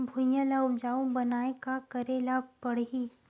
भुइयां ल उपजाऊ बनाये का करे ल पड़ही?